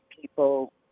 people